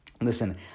Listen